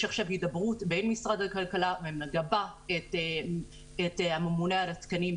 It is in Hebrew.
יש עכשיו הידברות בין משרד הכלכלה ואני מגבה את הממונה על התקנים,